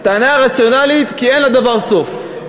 הטענה הרציונלית, כי אין לדבר סוף.